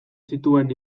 zituen